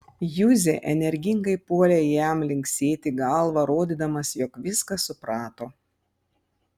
juzė energingai puolė jam linksėti galva rodydamas jog viską suprato